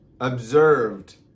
observed